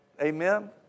Amen